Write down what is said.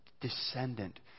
descendant